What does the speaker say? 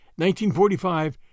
1945